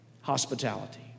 hospitality